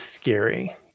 scary